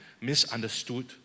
misunderstood